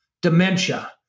dementia